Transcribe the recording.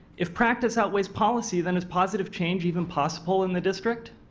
if practice outweighs policy that is positive change even possible in the district?